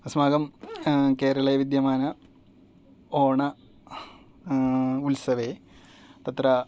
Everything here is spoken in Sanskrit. अस्माकं केरले विद्यमान ओण उत्सवे तत्र